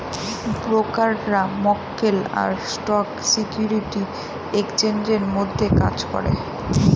ব্রোকাররা মক্কেল আর স্টক সিকিউরিটি এক্সচেঞ্জের মধ্যে কাজ করে